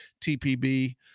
tpb